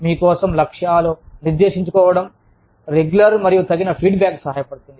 మీ కోసం లక్ష్యాలను నిర్దేశించుకోవడం రెగ్యులర్ మరియు తగిన ఫీడ్బ్యాక్ సహాయపడుతుంది